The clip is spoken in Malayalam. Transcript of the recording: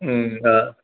മ്മ് ആ